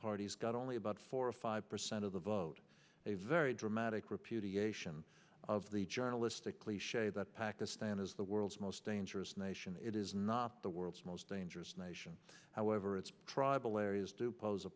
parties got only about four or five percent of the vote a very dramatic repudiation of the journalistic cliche that pakistan is the world's most dangerous nation it is not the world's most dangerous nation however it's tribal areas do pose a